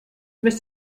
bist